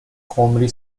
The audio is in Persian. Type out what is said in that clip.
خمری